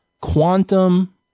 quantum